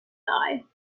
die